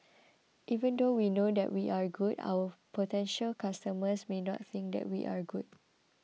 even though we know that we are good our potential customers may not think that we are good